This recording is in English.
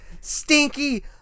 stinky